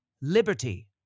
liberty